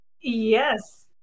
yes